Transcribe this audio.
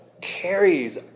carries